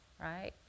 right